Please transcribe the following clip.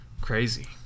crazy